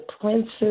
princes